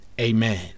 Amen